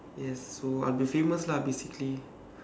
yes so I'll be famous lah basically